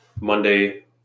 Monday